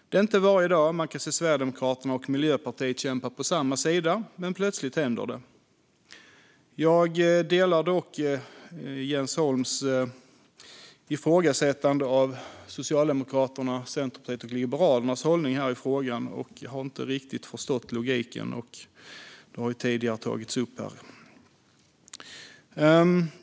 Det är inte varje dag man kan se Sverigedemokraterna och Miljöpartiet kämpa på samma sida, men plötsligt händer det. Jag delar Jens Holms ifrågasättande av Socialdemokraternas, Centerpartiets och Liberalernas hållning i frågan och har inte riktigt förstått logiken, som tagits upp tidigare här.